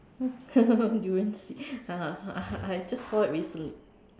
durian seed (uh huh) I just saw it recently